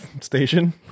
Station